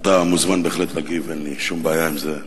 אתה מוזמן בהחלט להגיב, אין לי שום בעיה עם זה,